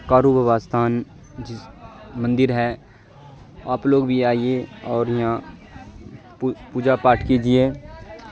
کاروب و استھان جس مندر ہے آپ لوگ بھی آئیے اور یہاں پوجا پاٹھ کیجیے